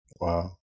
wow